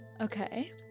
Okay